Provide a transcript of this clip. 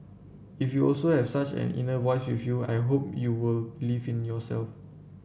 if you also have such an inner voice with you I hope you will believe in yourself